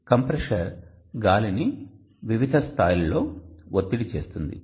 compressor గాలిని వివిధ స్థాయిలలో ఒత్తిడి చేస్తుంది